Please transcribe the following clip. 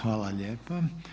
Hvala lijepa.